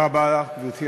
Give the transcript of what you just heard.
ואין הרבה חוקים,